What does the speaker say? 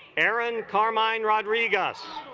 erin carmen rodriguez